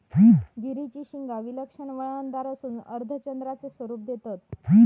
गिरीची शिंगा विलक्षण वळणदार असून अर्धचंद्राचे स्वरूप देतत